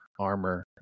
armor